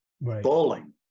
Bowling